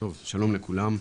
שלום לכולם,